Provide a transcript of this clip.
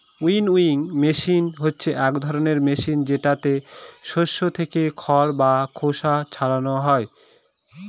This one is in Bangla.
উইনউইং মেশিন হচ্ছে এক ধরনের মেশিন যেটাতে শস্য থেকে খড় বা খোসা ছারানো হয়